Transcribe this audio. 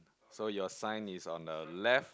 so your sign is on the left